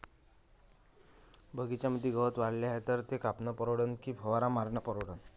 बगीच्यामंदी गवत वाढले हाये तर ते कापनं परवडन की फवारा मारनं परवडन?